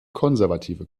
konservative